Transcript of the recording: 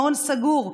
מעון סגור,